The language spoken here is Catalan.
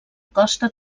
costa